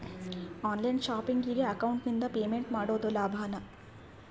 On line ಶಾಪಿಂಗಿಗೆ ಅಕೌಂಟಿಂದ payment ಮಾಡೋದು ಲಾಭಾನ?